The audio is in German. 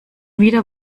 wieder